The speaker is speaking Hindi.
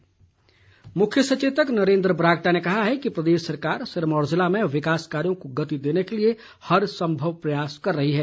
बरागटा मुख्य सचेतक नरेन्द्र बरागटा ने कहा है कि प्रदेश सरकार सिरमौर जिले में विकास कार्यों को गति देने के लिए हर सम्भव प्रयास कर रही है